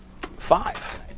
Five